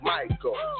Michael